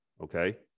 okay